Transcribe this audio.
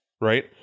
right